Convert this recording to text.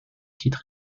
titres